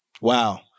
Wow